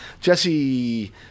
Jesse